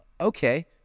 Okay